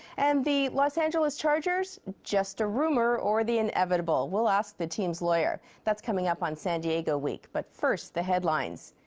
and the los angeles chargers, just a rumor or the inevitable. we'll ask the team's lawyer. that's coming up on san diego week but first the headlines.